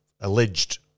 alleged